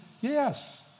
yes